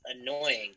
annoying